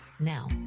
Now